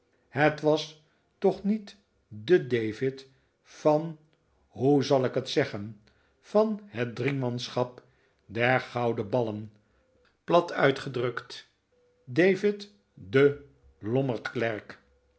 het was toch niet de david van hoe zal ik het zeggen van het driemanschap der gouden ballen plat uitgedrukt david de